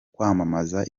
kwamamaza